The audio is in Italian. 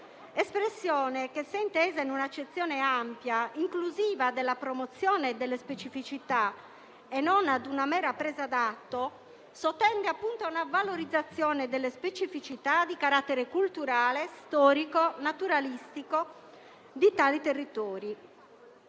espressione che, se intesa in un'accezione ampia, inclusiva della promozione delle specificità, e non legata a una mera presa d'atto, sottende a una valorizzazione delle specificità di carattere culturale, storico e naturalistico di tali territori.